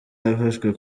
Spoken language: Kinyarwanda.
yafashwe